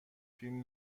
فیلم